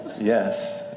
yes